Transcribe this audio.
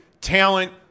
talent